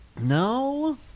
No